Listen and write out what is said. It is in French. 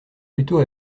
plutôt